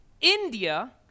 India